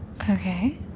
Okay